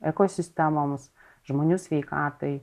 ekosistemoms žmonių sveikatai